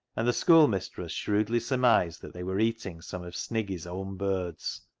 and the schoolmistress shrewdly surmised that they were eating some of sniggy's own birds.